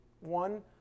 one